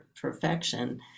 perfection